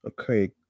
okay